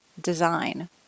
design